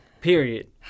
period